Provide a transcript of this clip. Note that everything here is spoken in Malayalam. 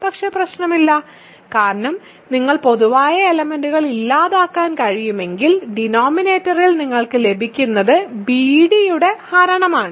പക്ഷേ പ്രശ്നമില്ല കാരണം നിങ്ങൾക്ക് പൊതുവായ എലെമെന്റ്സ്കൾ ഇല്ലാതാക്കാൻ കഴിയുമെങ്കിൽ ഡിനോമിനേറ്ററിൽ നിങ്ങൾക്ക് ലഭിക്കുന്നത് bd യുടെ ഹരണമാണ്